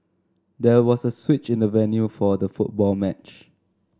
there was a switch in the venue for the football match